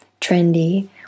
trendy